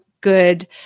good